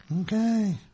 Okay